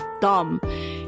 dumb